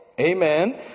amen